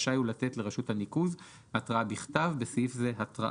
רשאי הוא לתת לרשות הניקוז התראה בכתב (בסעיף זה התראה).